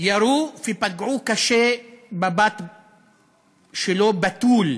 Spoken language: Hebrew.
ירו ופגעו קשה בבת שלו, בתול,